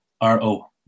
r-o